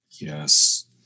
Yes